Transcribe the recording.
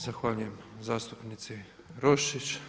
Zahvaljujem zastupnici Roščić.